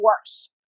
worse